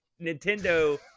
Nintendo